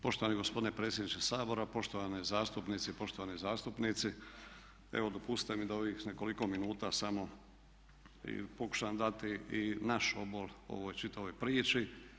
Poštovani gospodine predsjedniče Sabora, poštovane zastupnice i poštovani zastupnici evo dopustite mi da u ovih nekoliko minuta samo pokušam dati i naš obol ovoj čitavoj priči.